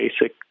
basic